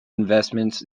investments